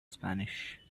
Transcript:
spanish